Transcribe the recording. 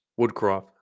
Woodcroft